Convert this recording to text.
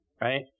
right